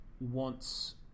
wants